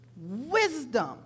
wisdom